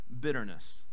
bitterness